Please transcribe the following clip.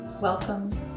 Welcome